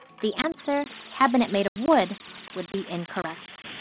the answer cabinet made of wood would be incorrect.